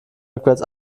rückwärts